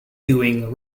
doing